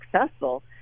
successful